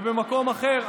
ובמקום אחר,